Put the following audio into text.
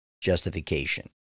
justification